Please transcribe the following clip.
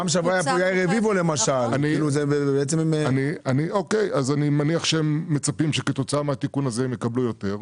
אני מניח שהם מצפים שכתוצאה מהתיקון הזה הם יקבלו יותר.